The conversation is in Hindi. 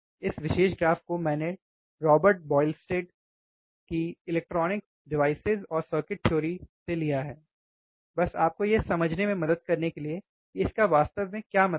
इस विशेष ग्राफ को मैंने रॉबर्ट बॉयलेस्टैड इलेक्ट्रॉनिक डिवाइसेस और सर्किट थ्योरी से लिया है बस आपको यह समझने में मदद करने के लिए कि इसका वास्तव में क्या मतलब है